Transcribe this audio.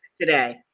today